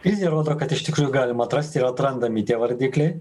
krizė rodo kad iš tikrųjų galima atrasti ir atrandami tie vardikliai